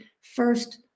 first